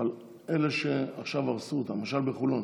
אבל באלה שעכשיו הרסו, למשל בחולון,